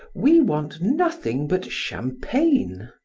we want nothing but champagne.